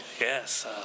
Yes